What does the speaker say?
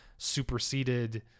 superseded